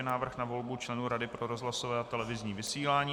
Návrh na volbu členů Rady pro rozhlasové a televizní vysílání